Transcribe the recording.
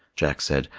jack said,